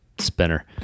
Spinner